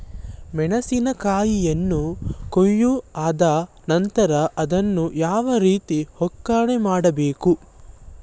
ಮೆಣಸಿನ ಕಾಯಿಯನ್ನು ಕೊಯ್ಲು ಆದ ನಂತರ ಅದನ್ನು ಯಾವ ರೀತಿ ಒಕ್ಕಣೆ ಮಾಡಬೇಕು?